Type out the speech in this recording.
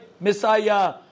Messiah